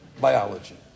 biology